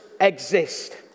exist